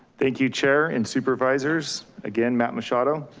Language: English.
thank you, chair and supervisors again, matt machado.